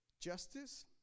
justice